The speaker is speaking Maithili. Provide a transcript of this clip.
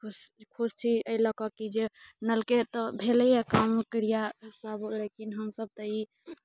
खुश खुश छी एहि लऽ कऽ जे नलके तऽ भेलैए कर्म क्रियासभ लेकिन हमसभ तऽ ई